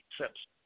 accepts